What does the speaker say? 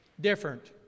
different